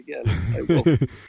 again